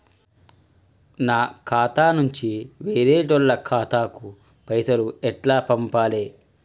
నా ఖాతా నుంచి వేరేటోళ్ల ఖాతాకు పైసలు ఎట్ల పంపాలే?